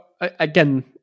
again